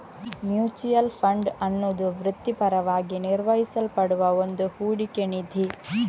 mutual fund ಅನ್ನುದು ವೃತ್ತಿಪರವಾಗಿ ನಿರ್ವಹಿಸಲ್ಪಡುವ ಒಂದು ಹೂಡಿಕೆ ನಿಧಿ